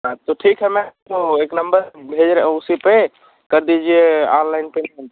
हाँ तो ठीक है मैम तो एक नंबर भेज रहे हैं उसी पर कर दीजिए अनलाइन पेमेंट